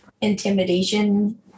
intimidation